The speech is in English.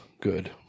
good